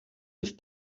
ist